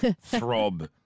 throb